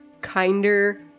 kinder